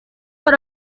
hari